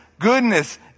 goodness